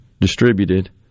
distributed